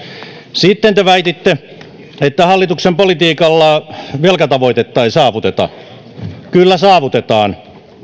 sitten te väititte että hallituksen politiikalla velkatavoitetta ei saavuteta kyllä saavutetaan